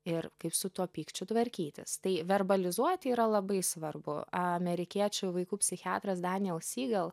ir kaip su tuo pykčiu tvarkytis tai verbalizuoti yra labai svarbu amerikiečių vaikų psichiatras daniel sygal